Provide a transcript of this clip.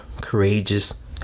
courageous